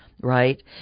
Right